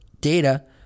Data